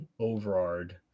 Overard